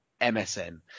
MSN